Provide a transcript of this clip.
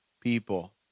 people